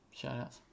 shoutouts